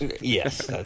Yes